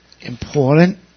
important